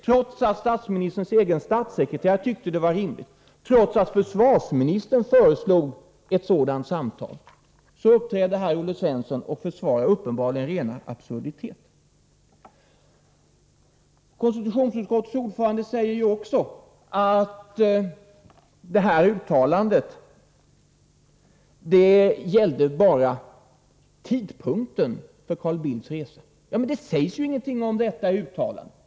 Trots att statsministerns statssekreterare tyckte att ett sammanträffande var rimligt, trots att försvarsministern föreslog ett sådant samtal, uppträder Olle Svensson här till försvar för vad som uppenbarligen är rena absurditeter. Konstitutionsutskottets ordförande säger också att uttalandet bara gällde tidpunkten för Carl Bildts resa. Men det sägs ju ingenting om detta i uttalandet.